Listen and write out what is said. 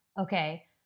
okay